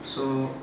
so